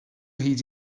hyd